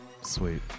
sweet